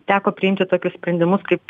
teko priimti tokius sprendimus kaip